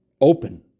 open